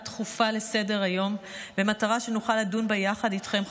דחופה לסדר-היום במטרה שנוכל לדון בה יחד איתכם,